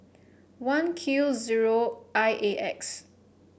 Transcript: one Q zero I A X